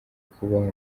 kubaho